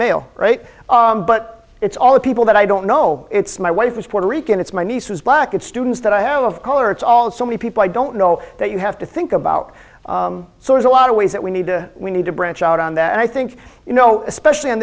male right but it's all the people that i don't know it's my wife is puerto rican it's my niece who's black it students that i have of color it's all so many people i don't know that you have to think about sort of a lot of ways that we need to we need to branch out on that and i think you know especially on